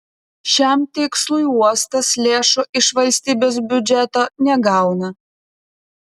šiam tikslui uostas lėšų iš valstybės biudžeto negauna